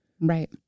right